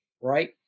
right